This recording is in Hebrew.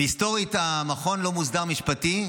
היסטורית המכון לא מוסדר משפטית,